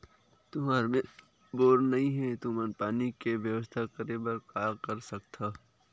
तुहर मेर बोर नइ हे तुमन पानी के बेवस्था करेबर का कर सकथव?